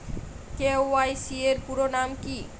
KYC এর পুরোনাম কী?